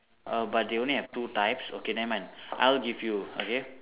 err but they only have two types okay never mind I will give you okay